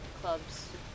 club's